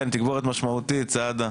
כן תגבורת משמעותית סעדה,